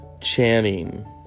Channing